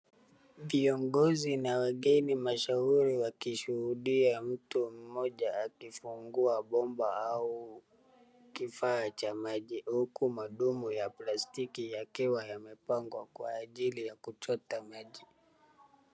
Viongozi na wageni mashuhuri wakishuhudia mtu mmoja akifungua bomba au kifaa cha maji huku madumu ya plastiki yakiwa yamepagwa kwa ajiri ya kuchota maji.